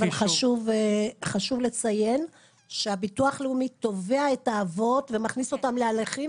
חשוב לציין שהביטוח הלאומי תובע את האבות ומכניס אותם להליכים,